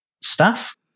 staff